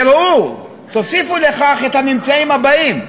וראו, תוסיפו לכך את הממצאים הבאים: